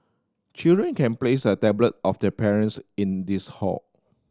children can place a tablet of their parents in this hall